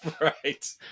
Right